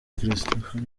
christopher